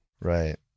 right